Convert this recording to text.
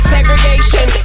Segregation